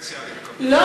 בפנסיה, אני מקווה.